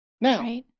Now